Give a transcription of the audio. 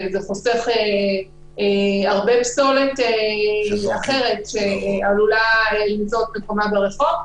זה חוסך הרבה פסולת שאחרת עלולה למצוא את מקומה ברחוב.